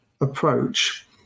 approach